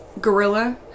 gorilla